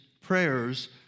prayers